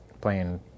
playing